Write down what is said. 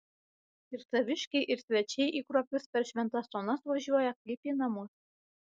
ir saviškiai ir svečiai į kruopius per šventas onas važiuoja kaip į namus